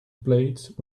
plate